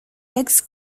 legs